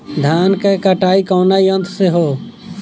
धान क कटाई कउना यंत्र से हो?